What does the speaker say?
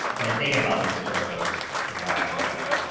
and thing about this for a while but